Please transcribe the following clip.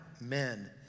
men